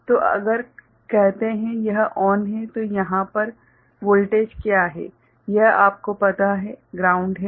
तो अगर कहते हैं यह ON है तो यहाँ पर वोल्टेज क्या है यह आपको पता है ग्राउंड है